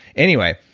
anyway,